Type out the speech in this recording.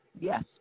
Yes